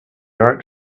art